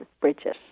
Bridget